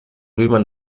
römer